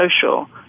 social